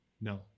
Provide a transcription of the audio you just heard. No